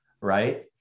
right